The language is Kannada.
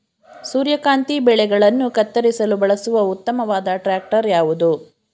ಸೂರ್ಯಕಾಂತಿ ಬೆಳೆಗಳನ್ನು ಕತ್ತರಿಸಲು ಬಳಸುವ ಉತ್ತಮವಾದ ಟ್ರಾಕ್ಟರ್ ಯಾವುದು?